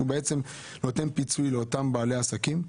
שנותן פיצוי לאותם בעלי עסקים.